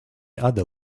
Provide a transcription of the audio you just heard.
other